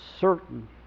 certain